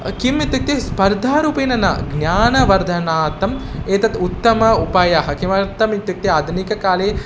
किम् इत्युक्ते स्पर्धारूपेण न ज्ञानवर्धनार्थम् एतत् उत्तमः उपायः किमर्थमित्युक्ते आधुनिककाले